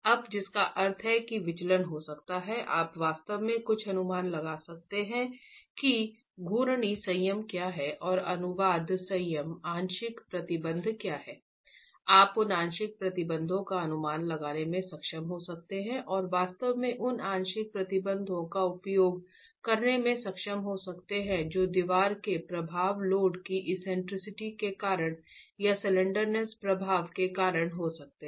अब जिसका अर्थ है कि विचलन हो सकता है आप वास्तव में कुछ अनुमान लगा सकते हैं कि घूर्णी संयम क्या है और अनुवाद संयम आंशिक प्रतिबंध क्या है आप उन आंशिक प्रतिबंधों का अनुमान लगाने में सक्षम हो सकते हैं और वास्तव में उन आंशिक प्रतिबंधों का उपयोग करने में सक्षम हो सकते हैं जो दीवार में प्रभाव लोड की एक्सेंट्रिसिटी के कारण या स्लैंडरनेस प्रभाव के कारण हो सकते हैं